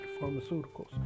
Pharmaceuticals